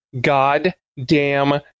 goddamn